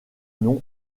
nom